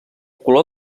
color